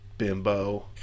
Bimbo